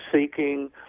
seeking